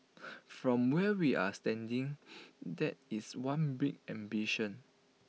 from where we're standing that is one big ambition